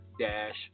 dash